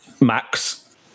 Max